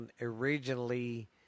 originally